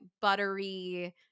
buttery